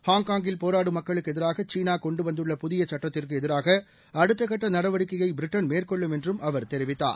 ஹாங்காங்கில் போராடும் மக்களுக்குஎதிராகசீனாகொண்டுவந்துள்ள புதியசுட்டத்திற்குஎதிராகஅடுத்தகட்டநடவடிக்கையைபிரிட்டன் மேற்கொள்ளும் என்றும் அவர் தெரிவித்தார்